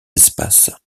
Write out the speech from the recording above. espaces